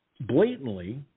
blatantly